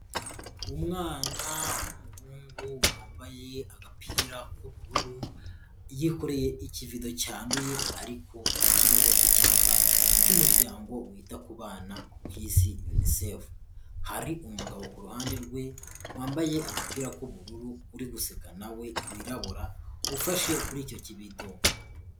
Umwana w'umuhungu wambaye agapira k'ubururu yikoreye ikivido cyanduye, ariko kiriho icyapa cy'umuryango wita ku bana ku Isi UNICEF, hari umugabo ku ruhande rwe wambaye agapira k'ubururu uri guseka, nawe wirabura ufashe kuri icyo kibido.